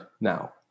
now